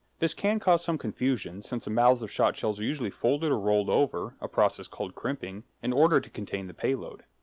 this can cause some confusion, since the mouths of shotshells are usually folded or rolled over a process called crimping in order to contain the payload.